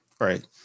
Right